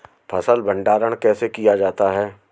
फ़सल भंडारण कैसे किया जाता है?